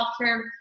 healthcare